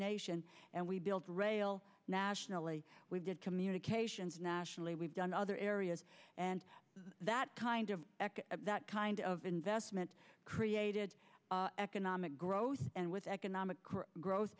nation and we build rail nationally we did communications nationally we've done other areas and that kind of that kind of investment created economic growth and with economic gro